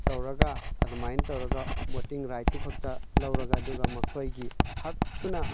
ꯇꯧꯔꯒ ꯑꯗꯨꯃꯥꯏꯅ ꯇꯧꯔꯒ ꯕꯣꯇꯤꯡ ꯔꯥꯏꯠꯇꯨ ꯈꯛꯇ ꯂꯧꯔꯒ ꯑꯗꯨꯒ ꯃꯈꯣꯏꯒꯤ ꯍꯛꯇꯨꯅ